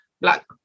black